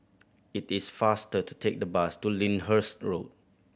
it is faster to take the bus to Lyndhurst Road